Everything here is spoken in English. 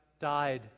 died